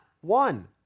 one